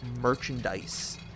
merchandise